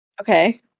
Okay